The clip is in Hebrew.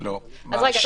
לא תחול," זה מה שאמר